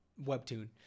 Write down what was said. webtoon